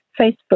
Facebook